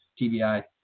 TBI